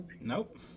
Nope